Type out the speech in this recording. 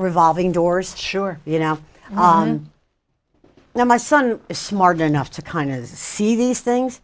revolving doors sure you know now my son is smart enough to kind of see these things